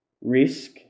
risk